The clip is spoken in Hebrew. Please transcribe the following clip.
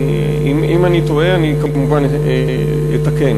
אם אני טועה, אני כמובן אתקן.